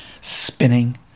spinning